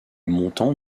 montant